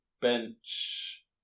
bench